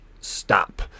stop